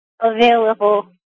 available